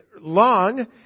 long